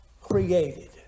created